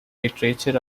literature